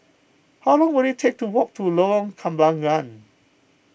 how long will it take to walk to Lorong Kembangan